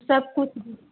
सब कुछ